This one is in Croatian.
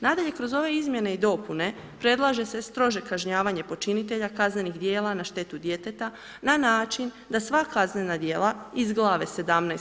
Nadalje, kroz ove izmjene i dopune predlaže se strože kažnjavanje počinitelja kaznenih djela na štetu djeteta na način da sva kaznena djela iz Glave 17.